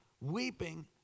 weeping